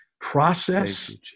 process